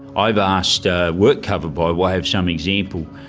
i've asked ah workcover, by way of some example,